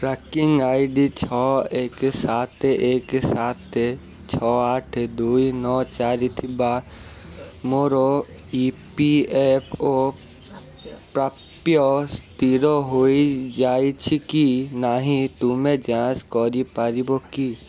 tracking I D ଛଅ ଏକ ସାତ ଏକ ସାତ ଛଅ ଆଠ ଦୁଇ ନଅ ଚାରି ଥିବା ମୋର ଇ ପି ଏଫ୍ ଓ ପ୍ରାପ୍ୟ ସ୍ଥିର ହୋଇଯାଇଛି କି ନାହିଁ ତୁମେ ଯାଞ୍ଚ କରିପାରିବ କି